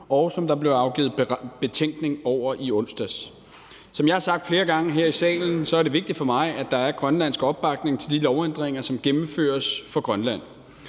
og som der blev afgivet betænkning over i onsdags. Som jeg har sagt flere gange her i salen, er det vigtigt for mig, at der er grønlandsk opbakning til de lovændringer, som gennemføres for Grønland.